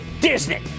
Disney